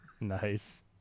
Nice